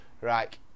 right